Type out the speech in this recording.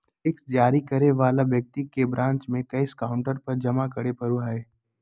cheque जारी करे वाला व्यक्ति के ब्रांच में कैश काउंटर पर जमा करे पड़ो हइ